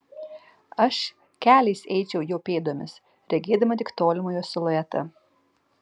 aš keliais eičiau jo pėdomis regėdama tik tolimą jo siluetą